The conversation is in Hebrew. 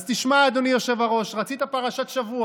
אז תשמע, אדוני היושב-ראש, רצית פרשת שבוע,